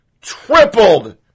tripled